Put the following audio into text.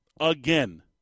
again